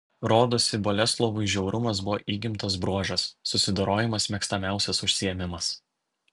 rodosi boleslovui žiaurumas buvo įgimtas bruožas susidorojimas mėgstamiausias užsiėmimas